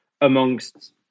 amongst